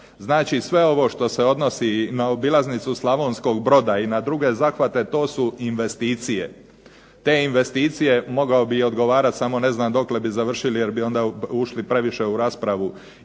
Znači sve ovo što se odnosi na obilaznicu Slavonskog Broda, i na druge zahvate to su investicije. Te investicije mogao bi odgovarati, samo ne znam dokle bi završili jer bi onda ušli previše u raspravu